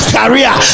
career